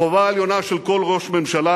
החובה העליונה של כל ראש ממשלה